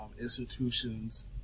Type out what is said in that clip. institutions